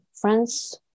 friends